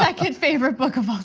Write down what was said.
second favorite book of all